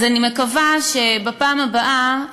אז אני מקווה שבפעם הבאה,